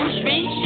strange